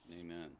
Amen